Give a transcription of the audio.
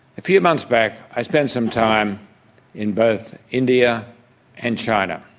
a few months back i spent some time in both india and china.